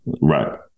right